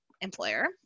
employer